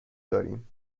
داریم